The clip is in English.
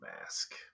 Mask